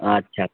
अच्छा